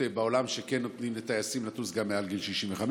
בעולם שכן נותנים לטייסים לטוס גם מעל גיל 65,